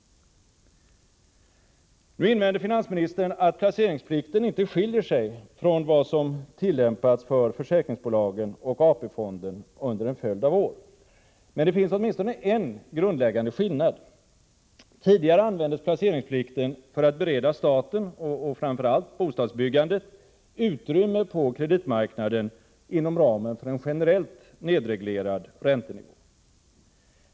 Nu invänder finansministern att placeringsplikten inte skiljer sig från vad som tillämpats för försäkringsbolagen och AP-fonden under en följd av år. Men det finns åtminstone en grundläggande skillnad. Tidigare användes placeringsplikten för att bereda staten, framför allt bostadsbyggandet, utrymme på kreditmarknaden inom ramen för en generellt nedreglerad räntenivå.